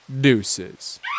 Deuces